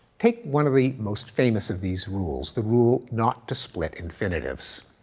take one of the most famous of these rules, the rule not to split infinitives.